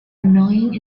annoying